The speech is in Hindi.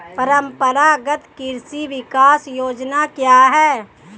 परंपरागत कृषि विकास योजना क्या है?